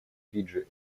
фиджи